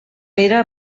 era